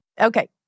Okay